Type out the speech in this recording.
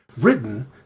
written